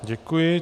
Děkuji.